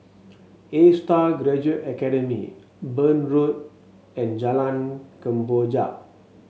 Astar Graduate Academy Burn Road and Jalan Kemboja